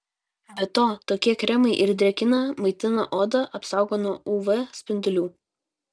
be to tokie kremai ir drėkina maitina odą apsaugo nuo uv spindulių